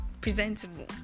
Presentable